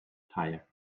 tyre